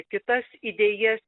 kitas idėjas